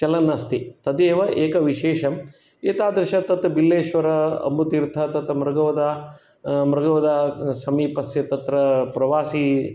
चलन् अस्ति तदेव एक विशेषम् एतादृश तत् बिल्लेश्वर अम्बुतीर्थ मृगवधः मृगवधात् समीपस्य तत्र प्रवासि